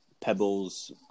pebbles